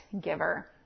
giver